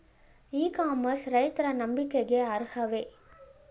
E commerce ರೈತರ ನಂಬಿಕೆಗೆ ಅರ್ಹವೇ?